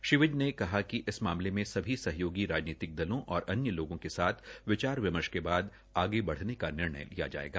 श्री विज ने कहा कि इस मामले में सभी सहयोगी राजनीति दलों और अन्य लोगों के साथ विचार विमर्श के बाद आगे बढ़ने का निर्णय लिया जायेगा